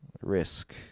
risk